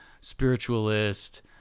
spiritualist